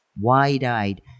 wide-eyed